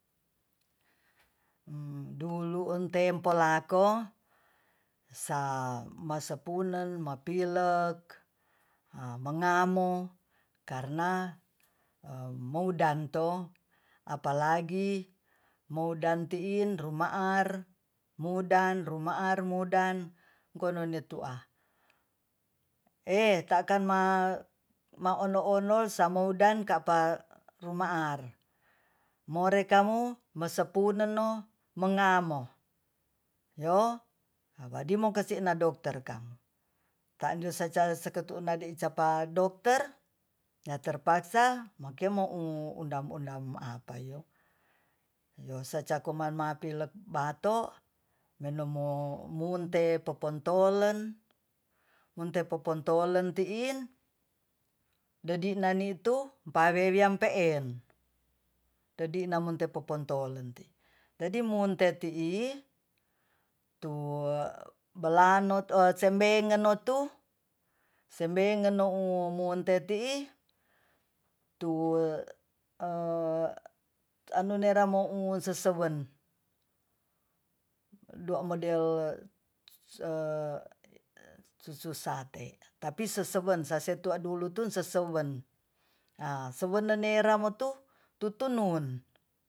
dulu entempo lako samasampune mapilek a mengamo karna a moundanto apalagi moundan tiin ruma'ar mudan ruma'ar mudan kone'no tua eh takan ma maonol-onol samoudan kapa rumaar morekamu mosepune'no mengamo yo hawadimakosina dokter kang tandeseca sekatu nadiecapa dokter yah terpaksa mokemo'u undam-undam mo apayo yo sacakuman pilek bato menemo munte popontolen- tiin dedi'nanitu pawewian peen dedi'namunte popontolen ti jadi munte ti'i tu belanok tu sembengetnotu sembengenou munte ti'i tu anunera mo'u sesewen dua model tusuk sate tapi sesewen sasetuadulutun sesewen a sewenenera motu tutunu'un